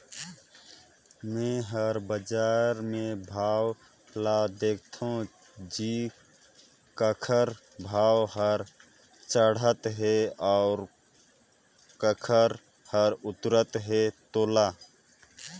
मे हर बाजार मे भाव ल देखथों जी काखर भाव हर चड़हत हे अउ काखर हर उतरत हे तोला